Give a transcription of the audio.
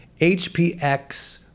hpx